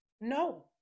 No